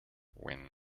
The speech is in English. when